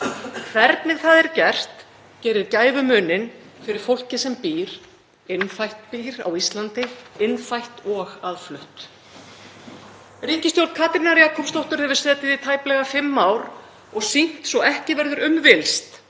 Hvernig það er gert gerir gæfumuninn fyrir fólkið sem býr á Íslandi, innfætt og aðflutt. Ríkisstjórn Katrínar Jakobsdóttur hefur setið í tæplega fimm ár og sýnt svo ekki verður um villst